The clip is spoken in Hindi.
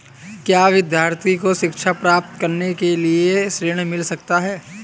क्या विद्यार्थी को शिक्षा प्राप्त करने के लिए ऋण मिल सकता है?